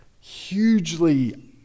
hugely